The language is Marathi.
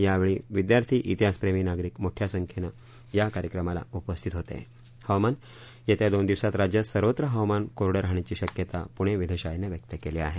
यावेळी विद्यार्थी श्रीहासप्रेमी नागरिक मोठ्या संख्येनं या कार्यक्रमाला उपस्थित होते येत्या दोन दिवसात राज्यात सर्वत्र हवामान कोरडं राहण्याची शक्यता पूणे वेधशाळेनं व्यक्त केली आहे